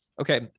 okay